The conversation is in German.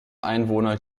einwohner